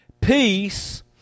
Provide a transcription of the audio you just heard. Peace